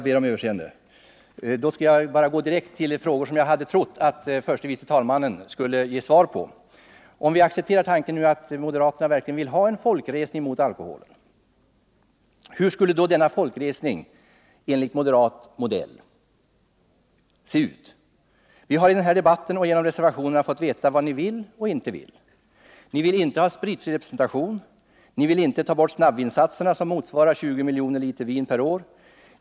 Herr talman! Jag går då direkt på de frågor som jag trodde att Ingegerd Troedsson skulle ge svar på. Om vi accepterar tanken att moderaterna verkligen vill ha en folkresning mot alkoholen, hur skulle då denna enligt moderat modell se ut? Vi har under den här debatten och genom era reservationer fått veta vad ni vill och vad ni inte vill. Ni vill inte ha spritfri representation. Ni vill inte ha bort snabbvinsatserna som motsvarar 20 miljoner liter vin per år.